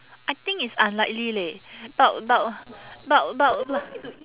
I think it's unlikely leh but but but but